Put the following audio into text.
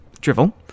Drivel